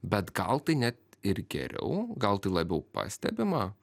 bet gal tai net ir geriau gal tai labiau pastebima